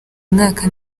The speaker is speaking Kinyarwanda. mwaka